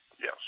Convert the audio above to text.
yes